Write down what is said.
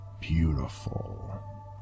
beautiful